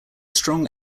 strong